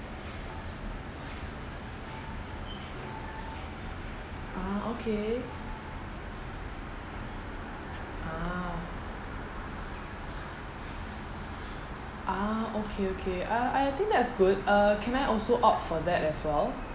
ah okay ah ah okay okay uh I think that's good uh can I also opt for that as well